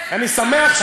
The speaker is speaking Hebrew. אני שמח,